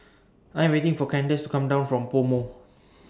I Am waiting For Kandace to Come down from Pomo